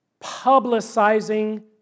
Publicizing